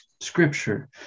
scripture